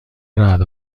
رعد